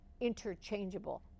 interchangeable